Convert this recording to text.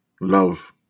love